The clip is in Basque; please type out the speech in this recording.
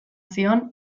zion